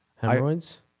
hemorrhoids